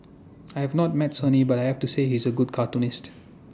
I have not met Sonny but I have to say he is A good cartoonist